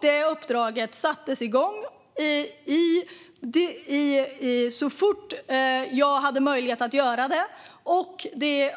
Detta uppdrag sattes igång så fort jag hade möjlighet att göra det, och det